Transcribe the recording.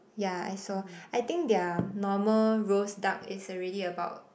ya I saw I think their normal roast duck is already about